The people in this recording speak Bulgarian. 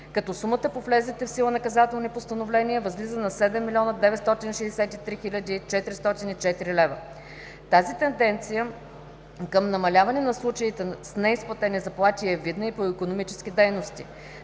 като сумата по влезлите в сила наказателни постановления възлиза на 7 млн. 963 хил. 404 лв. Тази тенденция към намаляване на случаите с неизплатени заплати е видна и по икономически дейности.